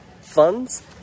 funds